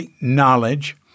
knowledge